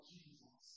Jesus